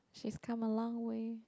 she's come a long way